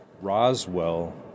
Roswell